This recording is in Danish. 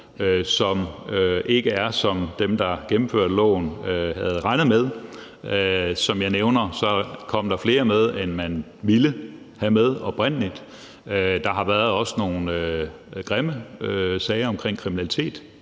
som ikke er, som dem, der gennemførte loven, havde regnet med. Som jeg nævnte, kom der flere med, end man ville have med oprindelig. Der har også været nogle grimme sager om kriminalitet